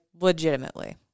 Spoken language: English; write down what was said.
legitimately